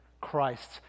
Christ